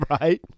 Right